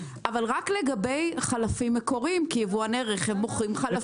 אבל רק לגבי חלפים מקוריים כי יבואני רכב מוכרים חלפים מקוריים.